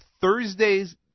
Thursday's